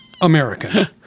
American